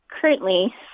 Currently